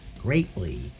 greatly